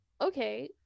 okay